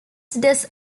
does